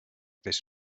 this